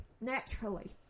naturally